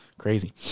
crazy